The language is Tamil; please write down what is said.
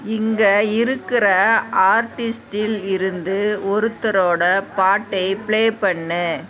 இங்கே இருக்கிற ஆர்டிஸ்டில் இருந்து ஒருத்தரோட பாட்டை ப்ளே பண்ணு